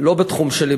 לא בתחום שלי,